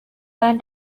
and